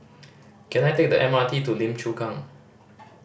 can I take the M R T to Lim Chu Kang